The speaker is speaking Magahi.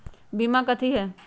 बीमा कथी है?